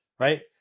Right